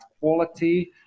quality